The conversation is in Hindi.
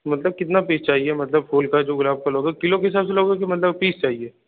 मतलब कितना पीस चाहिए मतलब फूल का जो गुलाब फूल होगा किलो के हिसाब से लोगे कि मतलब पीस चाहिए